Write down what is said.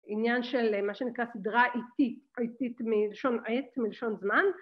עניין של מה שנקרא סדרה עתית, עתית מלשון עת, מלשון זמן.